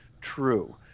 true